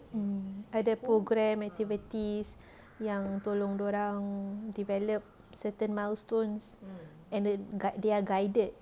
hmm ada program activities yang tolong dorang develop certain milestones and the guide they are guided